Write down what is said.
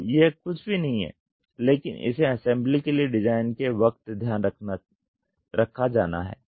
तो यह कुछ भी नहीं है लेकिन इसे असेंबली के लिए डिजाइन के वक्त ध्यान रखा जाना है